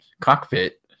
cockpit